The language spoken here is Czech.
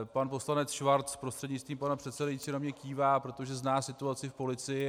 Pan poslanec Schwarz prostřednictvím pana předsedajícího na mě kývá, protože zná situaci v policii.